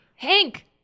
Hank